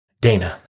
Dana